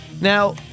Now